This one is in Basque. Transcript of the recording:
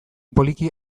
poliki